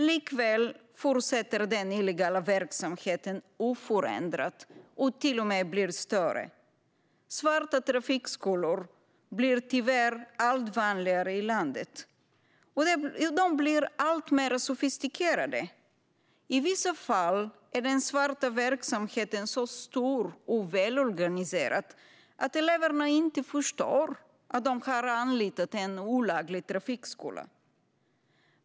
Likväl fortsätter den illegala verksamheten oförändrat och blir till och med större. Svarta trafikskolor blir tyvärr allt vanligare i landet. De blir också alltmer sofistikerade; i vissa fall är den svarta verksamheten så stor och välorganiserad att eleverna inte förstår att de har anlitat en olaglig trafikskola.